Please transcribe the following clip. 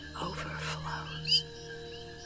overflows